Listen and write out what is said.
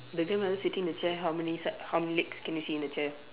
the grandmother sitting the chair how many side how many legs can you see in the chair